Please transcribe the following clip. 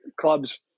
clubs